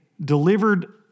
delivered